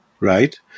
right